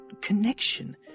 connection